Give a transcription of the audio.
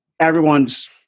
everyone's